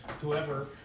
whoever